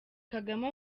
kagame